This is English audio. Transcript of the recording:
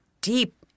deep